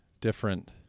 different